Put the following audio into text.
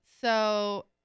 so-